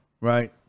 right